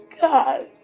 God